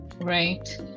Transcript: Right